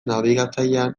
nabigatzailean